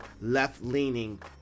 left-leaning